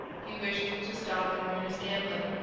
he wished to stop the ruinous gambling.